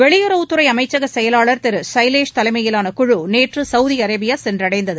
வெளியுறவுத்துறை அமைச்சக செயலாளர் திரு சைலேஷ் தலைமையிலாள குழு நேற்று சகவுதி அரேபியா சென்றடைந்தது